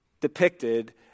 depicted